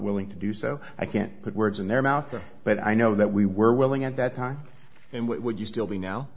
willing to do so i can't put words in their mouth but i know that we were willing at that time and would you still be